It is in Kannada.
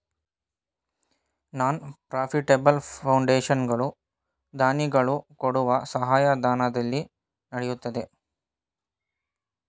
ನಾನ್ ಪ್ರಫಿಟೆಬಲ್ ಫೌಂಡೇಶನ್ ಗಳು ದಾನಿಗಳು ಕೊಡುವ ಸಹಾಯಧನದಲ್ಲಿ ನಡೆಯುತ್ತದೆ